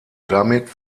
damit